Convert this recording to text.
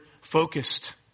focused